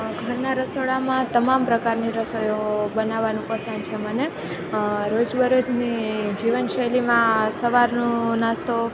ઘરના રસોડામાં તમામ પ્રકારની રસોઈઓ બનાવાનું પસંદ છે મને રોજ બરોજની જીવનશૈલીમાં સવારનો નાસ્તો